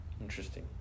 Interesting